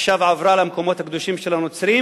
עכשיו עברה למקומות הקדושים של הנוצרים,